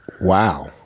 Wow